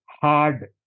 hard